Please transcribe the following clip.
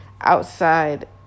outside